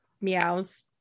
meows